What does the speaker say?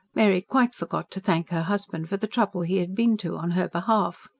mary quite forgot to thank her husband for the trouble he had been to on her behalf.